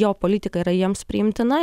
jo politika yra jiems priimtina